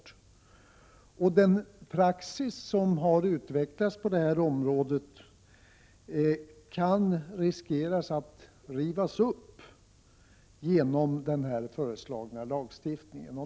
Det finns risk för att den praxis som har utvecklats på detta område kan rivas upp genom den här föreslagna lagstiftningen.